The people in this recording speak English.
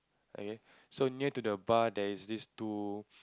okay so near to the bar there's this two